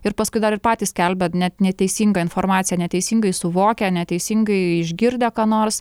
ir paskui dar ir patys skelbia net neteisingą informaciją neteisingai suvokę neteisingai išgirdę ką nors